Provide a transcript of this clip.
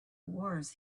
wars